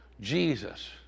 Jesus